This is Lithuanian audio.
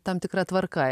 tam tikra tvarka